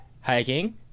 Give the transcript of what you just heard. Hiking